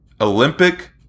olympic